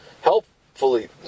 helpfully